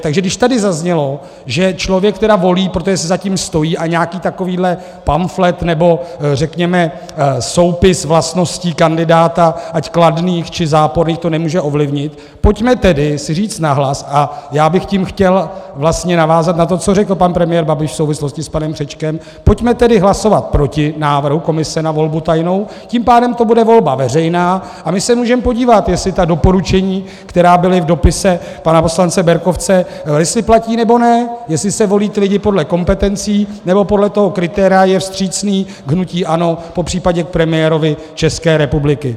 Takže když tady zaznělo, že člověk, teda volí, protože si za tím stojí, a nějaký takový pamflet, nebo řekněme soupis vlastností kandidáta, ať kladných, či záporných, to nemůže ovlivnit, pojďme tedy si říct nahlas a já bych tím chtěl vlastně navázat na to, co řekl pan premiér Babiš v souvislosti s panem Křečkem pojďme tedy hlasovat proti návrhu komise na volbu tajnou, tím pádem to bude volba veřejná a my se můžeme podívat, jestli ta doporučení, která byla v dopise pana poslance Berkovce, platí, nebo ne, jestli se volí ti lidé podle kompetencí, nebo podle toho kritéria je vstřícný k hnutí ANO, popřípadě k premiérovi České republiky.